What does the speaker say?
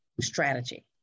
strategy